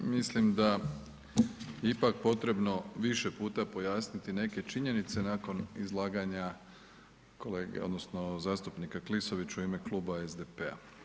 Mislim da je ipak potrebno više puta pojasniti neke činjenice nakon izlaganja kolege odnosno zastupnika Klisovića u ime Kluba SDP-a.